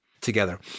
together